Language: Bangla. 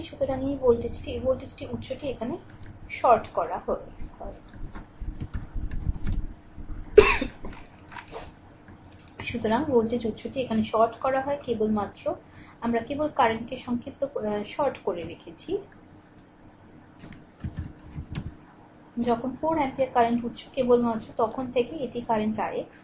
সুতরাং এই ভোল্টেজটি এই ভোল্টেজ উত্সটি এখানে short করা হয় সুতরাং ভোল্টেজ উত্সটি এখানে শর্ট করা হয় কেবলমাত্র আমরা কেবল কারেন্টকে short করে রেখেছি যখন 4 অ্যাম্পিয়ার কারেন্ট উত্স কেবলমাত্র তখন থাকে এটি কারেন্ট ix '